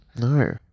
No